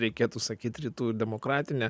reikėtų sakyt rytų ir demokratinė